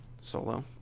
Solo